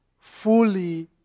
fully